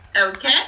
Okay